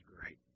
great